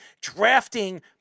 drafting